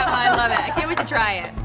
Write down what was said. i love it. i can't wait to try it.